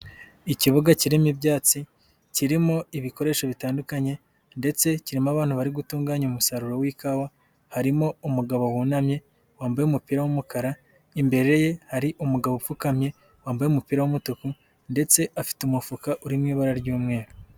Ikibuga kirimo ibyatsi, kirimo ibikoresho bitandukanye ndetse kirimo abantu bari gutunganya umusaruro w'ikawa, harimo umugabo wunamye, wambaye umupira w'umukara, imbere ye hari umugabo upfukamye, wambaye umupira w'umutuku ndetse afite umufuka uri mu ibara ry'umweru.